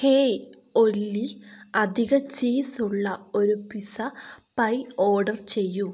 hey ഒലി അധിക cheese ഉള്ള ഒരു പിസ്സ പൈ ഓർഡർ ചെയ്യൂ